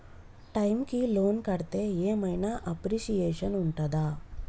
Time కి loan కడ్తే ఏం ఐనా అప్రిషియేషన్ ఉంటదా?